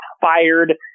fired